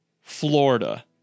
florida